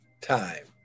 time